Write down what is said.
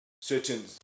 certain